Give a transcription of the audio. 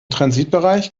transitbereich